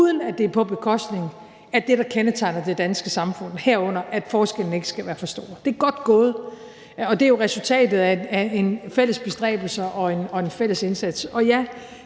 uden at det er på bekostning af det, der kendetegner det danske samfund, herunder at forskellene ikke skal være for store. Det er godt gået, og det er jo resultatet af en fælles bestræbelse og en fælles indsats. Og ja,